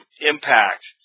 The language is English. impact